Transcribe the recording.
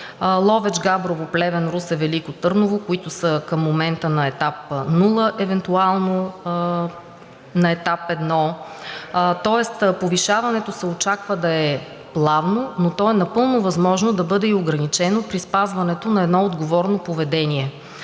Ловеч, Габрово, Плевен, Русе, Велико Търново, които към момента са на етап нула, евентуално на етап 1, тоест повишаването се очаква да е плавно, но то напълно е възможно да бъде и ограничено при спазването на едно отговорно поведение.